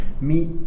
meet